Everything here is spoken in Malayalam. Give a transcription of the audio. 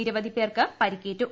നിരവധി പേർക്ക് പരിക്കേറ്റു